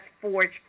forge